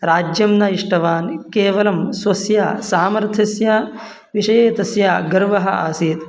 राज्यं न इष्टवान् केवलं स्वस्य सामर्थ्यस्य विषये तस्य गर्वः आसीत्